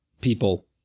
people